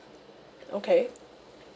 okay